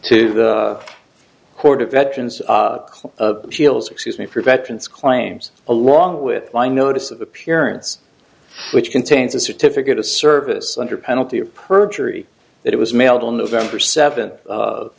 to the court of veterans shiels excuse me for veterans claims along with my notice of appearance which contains a certificate of service under penalty of perjury that it was mailed on november seventh of